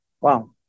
Wow